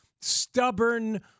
stubborn